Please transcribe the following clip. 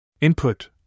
Input